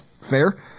fair